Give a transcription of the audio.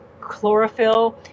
chlorophyll